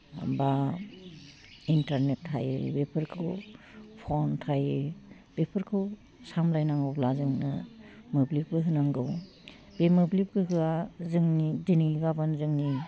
बा इन्टारनेट थायो बेफोरखौ फन थायो बेफोरखौ सामलायनांगौब्ला जोंनो मोब्लिब गोहो नांगौ बे मोब्लिब गोहोआ जोंनि दिनै गाबोन जोंनि